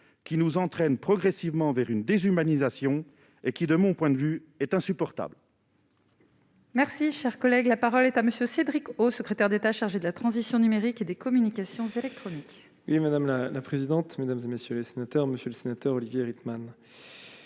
qui nous entraîne progressivement vers une déshumanisation et qui, de mon point de vue est insupportable. Merci, cher collègue, la parole est à Monsieur, Cédric O, secrétaire d'État chargé de la transition numérique et des communications électroniques. Et Madame la la présidente, mesdames et messieurs les sénateurs, Monsieur le Sénateur, Olivier Rickman.